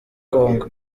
congo